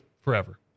forever